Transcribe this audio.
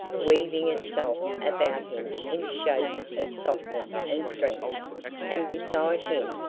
weaving itself about him in shapes of softness and strength and beside him,